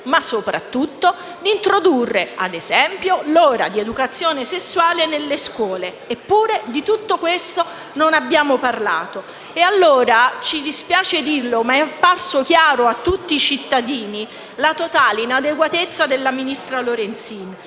ma, soprattutto, introdurre, ad esempio, l'ora di educazione sessuale nelle scuole. Eppure, di tutto questo non abbiamo parlato. Ci dispiace dire che è apparsa chiara a tutti i cittadini la totale inadeguatezza della ministra Lorenzin.